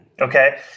Okay